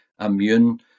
immune